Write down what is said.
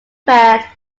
fact